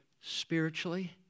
spiritually